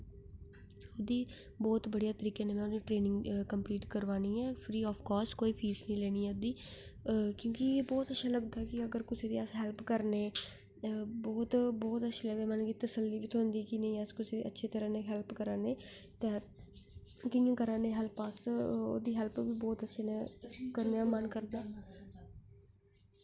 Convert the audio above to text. ओहदी बहुत बढ़िया तरिके कन्नै ओहदी ट्रेनिंग कम्पलीट करवानी ऐ फ्री आफ कास्ट कोई फीस नेईं लेनी ओहदी क्योंकि मिगी बहुत अच्छा लगदा अगर कुसै गी अस हल्प करने बहूत अच्छा लगदा मतलब कि तसल्ली थ्होंदी कि नेईं अस कुसै दी अच्छी तरह कन्नै हैल्प करा ने ते कियां करा ने हैल्प अस ओहदी हैल्प बहुत अच्छे कन्नै करने मन करदा